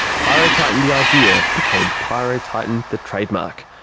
pyrotitan the idea became pyrotitan the trademark.